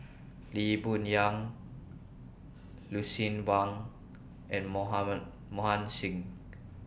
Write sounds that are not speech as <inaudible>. Lee Boon Yang Lucien Wang and <unintelligible> Mohan Singh